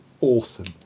awesome